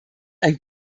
ein